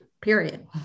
period